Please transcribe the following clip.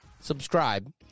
subscribe